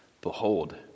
Behold